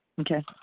Okay